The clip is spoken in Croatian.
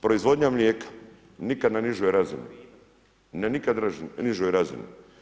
Proizvodnja mlijeka nikad na nižoj razini, na nikad nižoj razini.